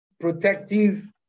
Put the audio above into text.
protective